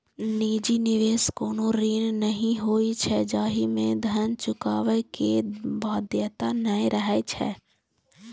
निजी निवेश कोनो ऋण नहि होइ छै, जाहि मे धन चुकाबै के बाध्यता नै रहै छै